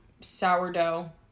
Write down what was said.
sourdough